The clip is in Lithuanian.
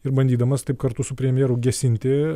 ir bandydamas taip kartu su premjeru gesinti